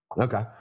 Okay